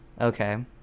Okay